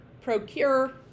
procure